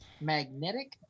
magnetic